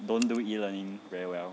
don't do E-learning very well